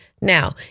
Now